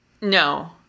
no